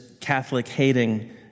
Catholic-hating